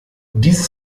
dieses